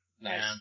Nice